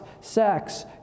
sex